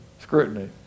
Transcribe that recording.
scrutiny